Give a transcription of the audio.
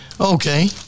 Okay